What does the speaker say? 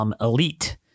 Elite